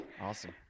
Awesome